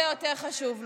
זה יותר חשוב.